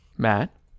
Matt